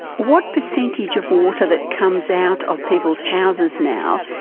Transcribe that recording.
what percentage of water that comes out of people's houses now,